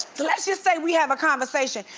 let's just say we have a conversation.